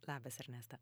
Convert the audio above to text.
labas ernesta